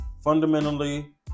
Fundamentally